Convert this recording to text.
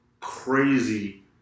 crazy